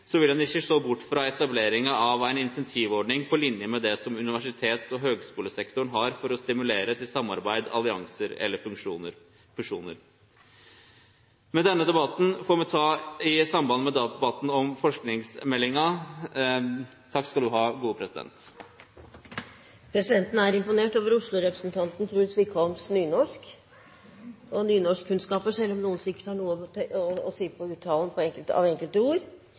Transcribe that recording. vil ein ikkje sjå bort frå etableringa av ei incentivordning på linje med det som universitets- og høgskulesektoren har for å stimulere til samarbeid, alliansar eller fusjonar. Men denne debatten får me ta i samband med debatten om forskingsmeldinga. Presidenten er imponert over Oslo-representanten Truls Wickholms nynorskkunnskaper, selv om noen sikkert har noe å si på uttalen av enkelte ord.